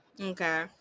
okay